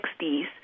1960s